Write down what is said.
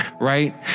right